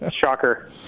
Shocker